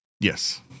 Yes